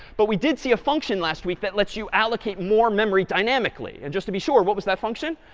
but we did see a function last week that lets you allocate more memory dynamically. and just to be sure what was that function?